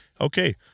Okay